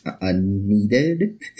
unneeded